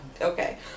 okay